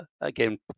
again